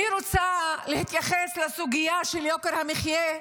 אני רוצה להתייחס לסוגיה של יוקר המחיה: